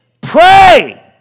pray